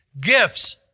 gifts